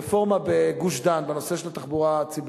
הרפורמה בגוש-דן בנושא של התחבורה ציבורית.